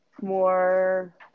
more